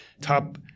top